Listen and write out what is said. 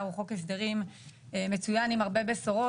הוא חוק הסדרים מצויין עם הרבה בשורות.